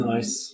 Nice